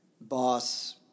boss